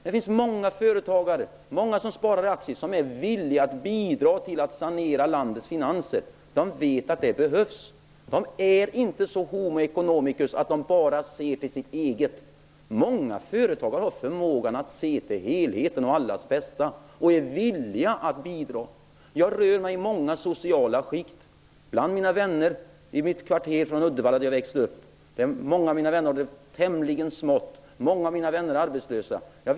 Det finns många aktiesparare som är villiga att bidra till att sanera landets finanser. De vet att det behövs. De är inte sådana homo economicus att de bara ser till sitt eget. Många företagare har förmågan att se till helheten och allas bästa och är villiga att bidra. Jag rör mig i många sociala skikt bland mina vänner från det kvarter i Uddevalla där jag växte upp. Många av mina vänner har det tämligen smått. Många är arbetslösa.